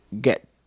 get